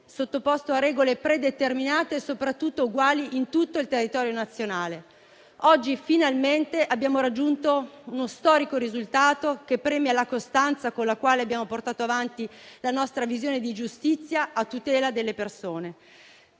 sottoposto a regole predeterminate e soprattutto uguali in tutto il territorio nazionale. Oggi finalmente abbiamo raggiunto uno storico risultato, che premia la costanza con la quale abbiamo portato avanti la nostra visione di giustizia a tutela delle persone.